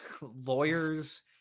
lawyers